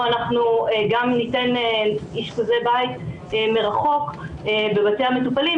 אנחנו גם ניתן אשפוזי בית מרחוק בבתי המטופלים,